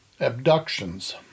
abductions